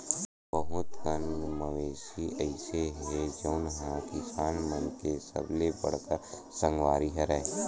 बहुत कन मवेशी अइसे हे जउन ह किसान मन के सबले बड़का संगवारी हरय